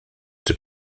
czy